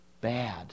Bad